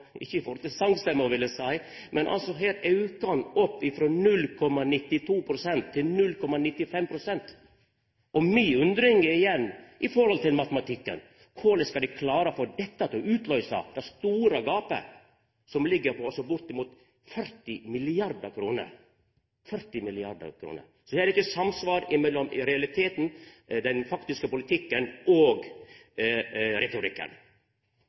ikkje i forhold til songstemma, vil eg seia – aukar ein frå 0,92 pst. til 0,95 pst. Mi undring er igjen knytt til matematikken: Korleis skal dei klara å få dette til å utløysa det store gapet på bortimot 40 mrd. kr? Her er det ikkje samsvar mellom realiteten, den faktiske politikken og retorikken.